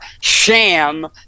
sham